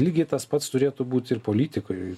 lygiai tas pats turėtų būti ir politikoj